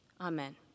Amen